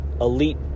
elite